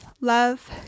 love